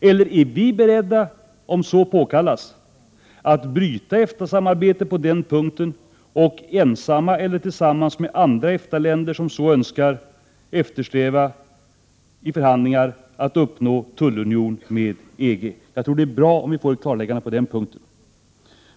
Eller är vi beredda, om så påkallas, att bryta EFTA-samarbetet på den punkten och ensamma eller tillsammans med andra EFTA-länder som så Önskar i förhandlingar eftersträva att nå en tullunion med EG? Det är bra om vi får ett klarläggande på den punkten.